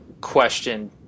question